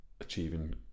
achieving